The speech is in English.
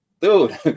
dude